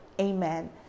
amen